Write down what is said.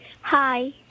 Hi